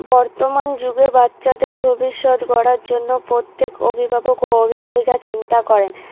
বর্তমান যুগে বাচ্চাদের ভবিষ্যৎ গড়ার জন্য প্রত্যেক অভিভাবক ও অভিভাবিকা চিন্তা করেন